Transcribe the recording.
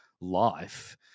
life